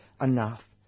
enough